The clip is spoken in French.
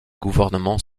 gouvernements